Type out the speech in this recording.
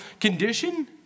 condition